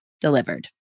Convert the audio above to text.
Delivered